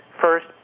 first